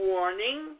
Warning